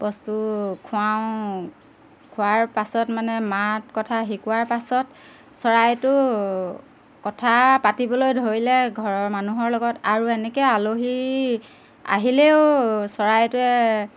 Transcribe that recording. বস্তু খুৱাওঁ খোৱাৰ পাছত মানে মাত কথা শিকোৱাৰ পাছত চৰাইটো কথা পাতিবলৈ ধৰিলে ঘৰৰ মানুহৰ লগত আৰু এনেকৈ আলহী আহিলেও চৰাইটোৱে